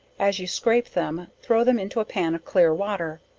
as you scrape them, throw them into a pan of clear water,